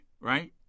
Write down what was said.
right